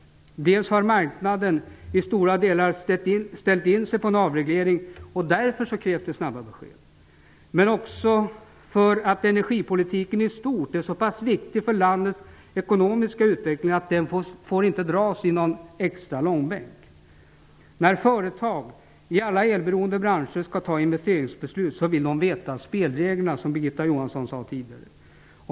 Dels har marknaden till stora delar ställt in sig på en avreglering, dels är energipolitiken i stort så pass viktig för landets ekonomiska utveckling att den inte får dras i någon extra långbänk. När företag i alla elberoende branscher skall fatta investeringsbeslut vill de veta spelreglerna, precis som Birgitta Johansson sade tidigare.